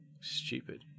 Stupid